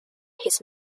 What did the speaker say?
his